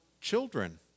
children